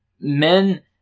Men